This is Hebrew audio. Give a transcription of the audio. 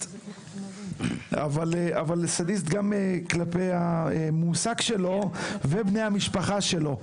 אבל הוא סדיסט גם כלפי המועסק שלו וכלפי בני המשפחה שלו,